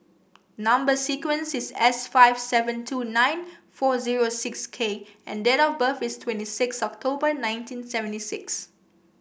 number sequence is S five seven two nine four zero six K and date of birth is twenty six October nineteen seventy six